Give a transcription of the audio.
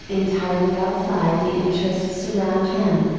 entirely outside the interests around him.